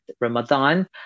Ramadan